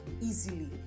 easily